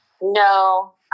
No